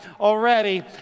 already